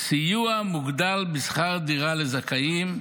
סיוע מוגדל בשכר דירה לזכאים,